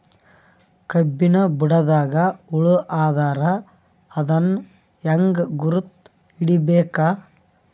ಕಬ್ಬಿನ್ ಬುಡದಾಗ ಹುಳ ಆದರ ಅದನ್ ಹೆಂಗ್ ಗುರುತ ಹಿಡಿಬೇಕ?